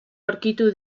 aurkitu